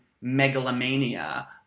megalomania